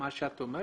מה שאת אומרת,